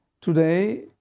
today